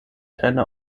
keine